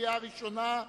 קריאה ראשונה.